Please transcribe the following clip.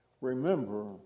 Remember